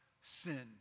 sin